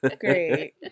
great